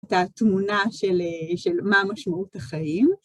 את התמונה של מה משמעות החיים.